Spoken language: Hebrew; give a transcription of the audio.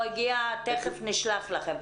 תכף נשלח לכם.